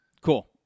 Cool